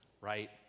Right